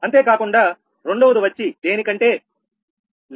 అంతేకాకుండా రెండవది వచ్చి దేనికంటే 𝜆0